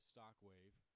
StockWave